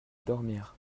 dormir